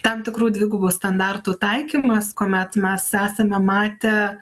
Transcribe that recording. tam tikrų dvigubų standartų taikymas kuomet mes esame matę